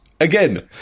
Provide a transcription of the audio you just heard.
again